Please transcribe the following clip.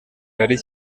ari